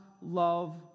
love